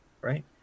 right